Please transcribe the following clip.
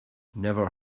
never